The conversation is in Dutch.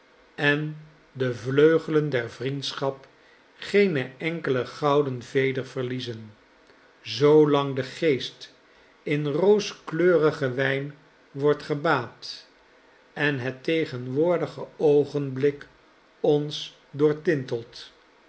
en de vleugelen der vriendschap geene enkele gouden veder verliezen zoolang de geest in rooskleurigen wijn wordt gebaad en het tegenwoordige oogenblik ons doortintelt